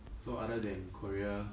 so other than korea